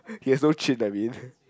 he has no chin I mean